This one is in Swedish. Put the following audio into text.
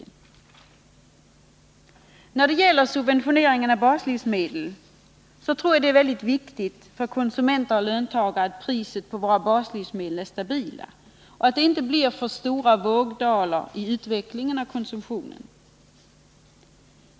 När det gäller subventioneringen av baslivsmedel tror jag att det är mycket viktigt för konsumenter och löntagare att priserna på baslivsmedel är stabila och att det inte blir för stora vågdalar i utvecklingen av konsumtionen.